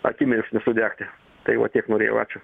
akimirksniu sudegti tai va tiek norėjau ačiū